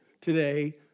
today